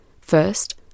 First